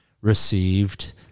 received